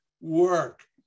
work